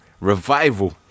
revival